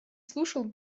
слушал